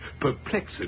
perplexed